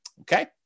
Okay